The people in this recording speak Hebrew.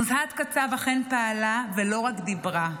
נוזהת קצב אכן פעלה ולא רק דיברה.